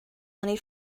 money